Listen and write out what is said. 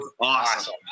awesome